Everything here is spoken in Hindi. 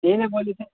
यही ना बोले थे